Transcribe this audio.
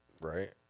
Right